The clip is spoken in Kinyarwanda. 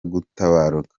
gutabaruka